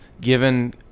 given